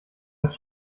als